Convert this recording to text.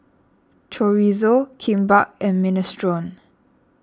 Chorizo Kimbap and Minestrone